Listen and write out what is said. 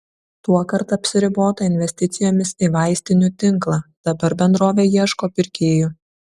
tuokart apsiribota investicijomis į vaistinių tinklą dabar bendrovė ieško pirkėjų